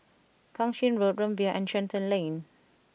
Kang Ching Road Rumbia and Shenton Lane